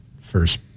first